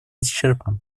исчерпан